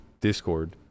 Discord